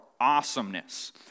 awesomeness